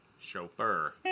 Chauffeur